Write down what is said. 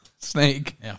Snake